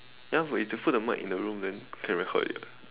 then if I put the mic in the room then can record already [what]